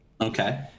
Okay